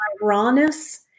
rawness